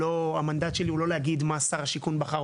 המנדט שלי הוא לא להגיד מה שר השיכון בחר,